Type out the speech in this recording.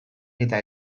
eta